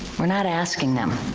we're not asking them.